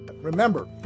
Remember